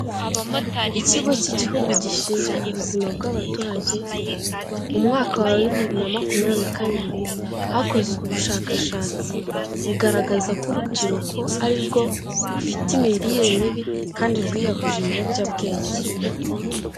Ikigo cy'igihugu gishinzwe ubuzima bw'abaturage, mu mwaka wa bibiri na makumyabiri na kabiri, hakozwe ubushakashatsi bugaragaza ko urubyiruko arirwo rufite imirire mibi, kandi rwiyahuje ibiyobyabwenge.